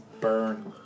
burn